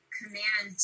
command